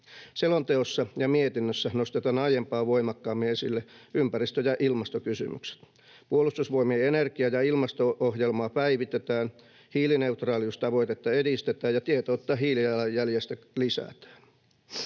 Selonteossa ja mietinnössä nostetaan aiempaa voimakkaammin esille ympäristö‑ ja ilmastokysymykset. Puolustusvoimien energia‑ ja ilmasto-ohjelmaa päivitetään, hiilineutraaliustavoitetta edistetään ja tietoutta hiilijalanjäljestä lisätään.